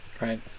right